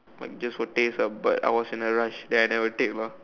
like just for taste ah but I was in a rush then I never take lah